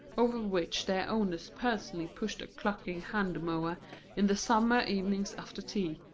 over which their owners personally pushed a clucking hand-mower in the summer evenings after tea.